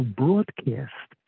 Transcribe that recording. broadcast